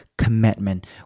commitment